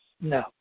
No